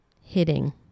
hitting